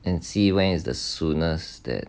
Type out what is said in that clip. and see when is the soonest that